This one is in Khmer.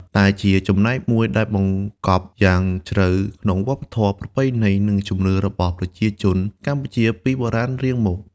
តែជាចំណែកមួយដែលបង្កប់យ៉ាងជ្រៅក្នុងវប្បធម៌ ប្រពៃណី និងជំនឿរបស់ប្រជាជនកម្ពុជាពីបុរាណរៀងមក។